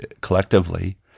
collectively